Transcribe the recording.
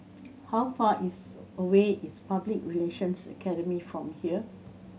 how far is away is Public Relations Academy from here